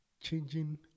changing